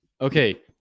Okay